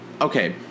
Okay